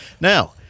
Now